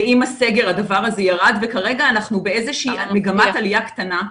ועם הסגר הדבר הזה ירד וכרגע אנחנו באיזה שהיא מגמת עלייה קטנה.